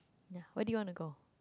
ya where did you want to go